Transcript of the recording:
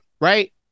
right